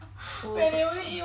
oh